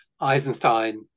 Eisenstein